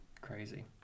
Crazy